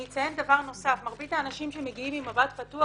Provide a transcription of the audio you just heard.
אני אציין דבר נוסף מרבית האנשים שמגיעים עם מב"ד פתוח,